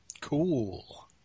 Cool